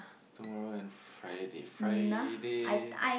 tomorrow and Friday Friday